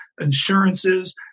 insurances